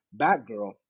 Batgirl